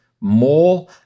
more